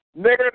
nigger